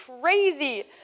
crazy